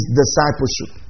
discipleship